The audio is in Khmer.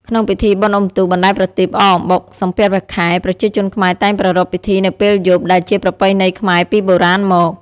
ក្នុងពិធីបុណ្យអុំទូក បណ្ដែតប្រទីប អកអំបុក សំពះព្រះខែ ប្រជាជនខ្មែរតែងប្រារព្ធពិធីនៅពេលយប់ ដែលជាប្រពៃណីខ្មែរពីបុរាណមក។